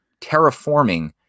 terraforming